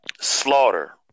slaughter